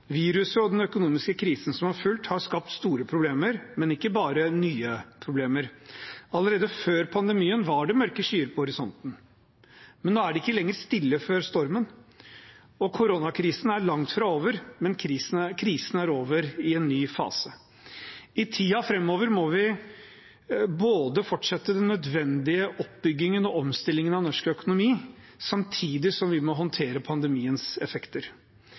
Viruset og den økonomiske krisen som har fulgt, har skapt store problemer, men ikke bare nye problemer. Allerede før pandemien var det mørke skyer i horisonten, men nå er det ikke lenger stille før stormen. Koronakrisen er langt fra over, men krisen er over i en ny fase. I tiden framover må vi fortsette den nødvendige oppbyggingen og omstillingen av norsk økonomi, samtidig som vi må håndtere pandemiens effekter.